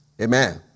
Amen